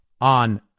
on